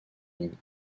ligne